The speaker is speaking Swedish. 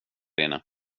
inne